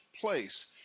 place